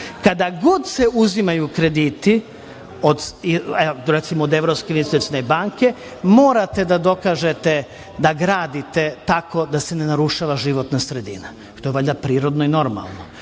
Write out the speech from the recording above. Kada god se uzimaju krediti od Evropske investicione banke, morate da dokažete da gradite tako da se ne narušava životna sredina. To je valjda prirodno i normalno,